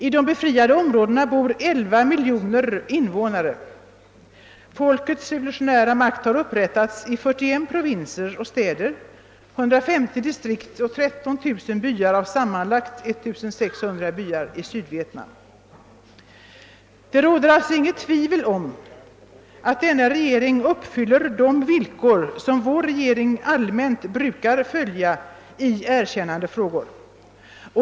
I de befriade områdena bor mer än 11 mil joner invånare. Folkets revolutionära makt har upprättats i 41 provinser och städer, 150 distrikt och 1300 byar av sammanlagt 1600 sådana samhällen i Sydvietnam. Det råder alltså inget tvivel om att denna regering uppfyller de villkor som vår regering i allmänhet brukar följa i erkännandefrågor.